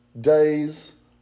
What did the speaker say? days